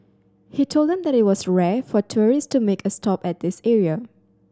he told them that it was rare for tourist to make a stop at this area